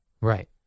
Right